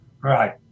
Right